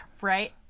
Right